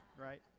Right